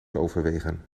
overwegen